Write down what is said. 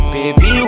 Baby